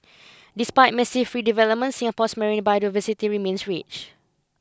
despite massive redevelopment Singapore's marine biodiversity remains rich